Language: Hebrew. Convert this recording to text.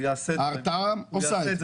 ההרתעה עושה את זה.